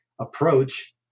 approach